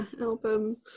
album